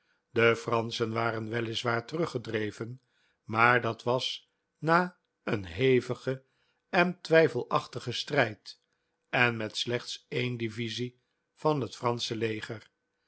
de franschen waren weliswaar teruggedreven maar dat was na een hevigen en twijfelachtigen strijd en met slechts een divisie van het fransche leger